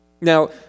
Now